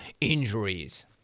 injuries